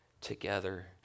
together